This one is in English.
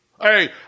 Hey